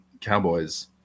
cowboys